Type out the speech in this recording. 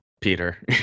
Peter